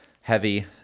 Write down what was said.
heavy